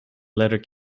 letter